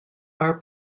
are